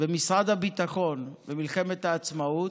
במשרד הביטחון במלחמת העצמאות,